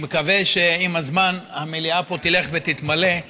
אני מקווה שעם הזמן המליאה פה תלך ותתמלא,